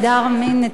נטייה מינית.